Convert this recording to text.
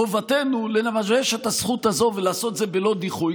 חובתנו לממש את הזכות הזאת ולעשות את זה בלא דיחוי,